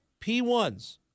P1s